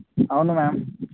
అవును మ్యామ్